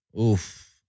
Oof